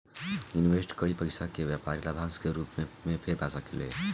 invest कईल पइसा के व्यापारी लाभांश के रूप में फेर पा सकेले